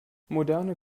moderne